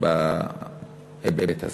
בהיבט הזה.